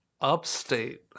Upstate